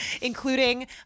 Including